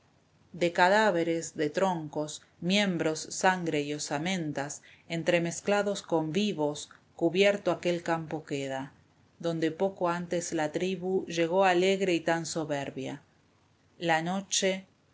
de cadáveres de troncos miembros sangre y osamentas entremezclados con vivos cubierto aquel campo queda donde poco antes la tribu ñacurutú especie de lechuza grande cuyo rito se asemeja al sollozar de un niño y tan soberbia la noche